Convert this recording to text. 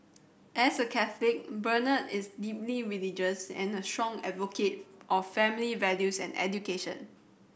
as a Catholic Bernard is deeply religious and a strong advocate of family values and education